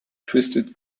twisted